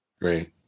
Great